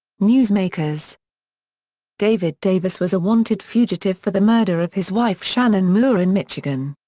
newsmakers david davis was a wanted fugitive for the murder of his wife shannon mohr in michigan.